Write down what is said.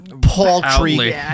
paltry